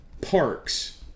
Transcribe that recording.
parks